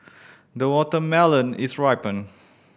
the watermelon is ripened